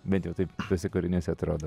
bent jau taip tuose kūriniuose atrodo